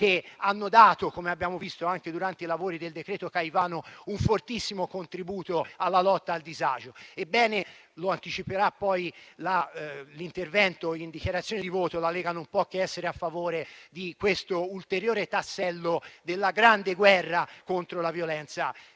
che hanno dato, come abbiamo visto anche durante i lavori sul decreto Caivano, un fortissimo contributo alla lotta al disagio. Pertanto, come anticiperà poi l'intervento in dichiarazione di voto, la Lega non può che essere a favore di questo ulteriore tassello della grande guerra contro la violenza